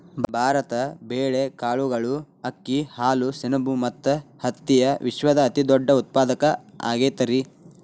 ಭಾರತ ಬೇಳೆ, ಕಾಳುಗಳು, ಅಕ್ಕಿ, ಹಾಲು, ಸೆಣಬ ಮತ್ತ ಹತ್ತಿಯ ವಿಶ್ವದ ಅತಿದೊಡ್ಡ ಉತ್ಪಾದಕ ಆಗೈತರಿ